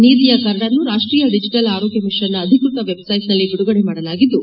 ನೀತಿಯ ಕರಡನ್ನು ರಾಷ್ಟೀಯ ಡಿಜೆಟಲ್ ಆರೋಗ್ಯ ಮಿಷನ್ನ ಅಧಿಕೃತ ವೆಬ್ಸೈಟ್ನಲ್ಲಿ ಬಿಡುಗಡೆ ಮಾಡಲಾಗಿದ್ದು